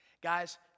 Guys